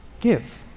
Give